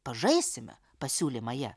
pažaisime pasiūlė maja